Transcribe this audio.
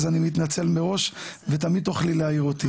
אז אני מתנצל מראש ותמיד תוכלי להעיר אותי.